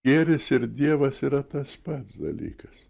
gėris ir dievas yra tas pats dalykas